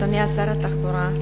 אדוני שר התחבורה,